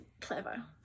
clever